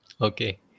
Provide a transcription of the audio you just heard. Okay